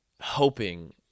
hoping